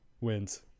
wins